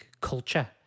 culture